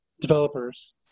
developers